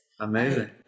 Amazing